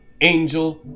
angel